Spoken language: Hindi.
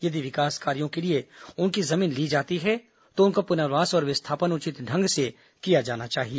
यदि विकास कार्यो के लिए उनकी जमीन ली जाती है तो उनका पुर्नवास और विस्थापन उचित ढंग से किया जाना चाहिए